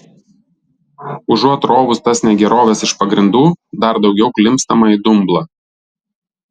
užuot rovus tas negeroves iš pagrindų dar daugiau klimpstama į dumblą